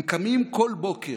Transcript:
הם קמים כל בוקר,